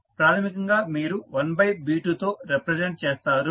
కాబట్టి ప్రాథమికంగా మీరు 1B2 తో రిప్రజెంట్ చేస్తారు